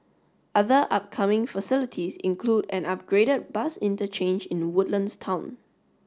other upcoming facilities include an upgraded bus interchange in Woodlands town